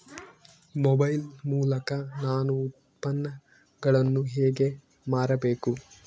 Mobile ಮೂಲಕ ನಾನು ಉತ್ಪನ್ನಗಳನ್ನು ಹೇಗೆ ಮಾರಬೇಕು?